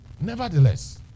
Nevertheless